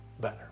better